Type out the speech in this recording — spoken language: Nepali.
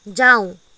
जाऊ